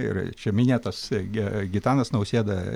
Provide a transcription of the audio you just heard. ir čia minėtas gi gitanas nausėda